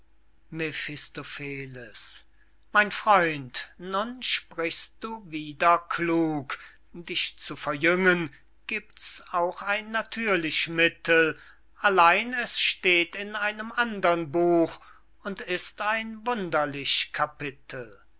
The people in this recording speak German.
mein freund nun sprichst du wieder klug doch zu verjüngen gibt's auch ein natürlich mittel allein es steht in einem andern buch und ist ein wunderlich